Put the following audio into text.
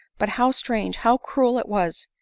but how strange, how cruel it was,